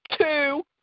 two